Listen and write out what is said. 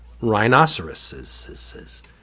rhinoceroses